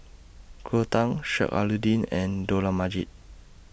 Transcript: Cleo Thang Sheik Alau'ddin and Dollah Majid